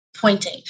Pointing